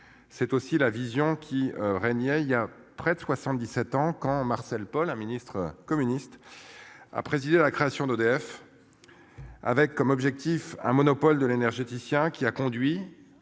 C'est aussi la vision qui régnait il y a près de 77 ans, quand Marcel Paul, un ministre communiste. A présidé à la création d'EDF. Avec comme objectif un monopole de l'énergéticien qui a conduit